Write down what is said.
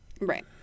Right